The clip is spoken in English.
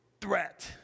threat